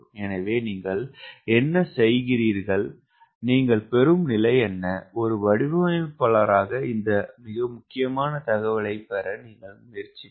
எனவே நீங்கள் என்ன செய்கிறீர்கள் நீங்கள் பெறும் நிலை என்ன ஒரு வடிவமைப்பாளர் இந்த மிக முக்கியமான தகவலைப் பெற முயற்சிப்பார்